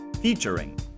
featuring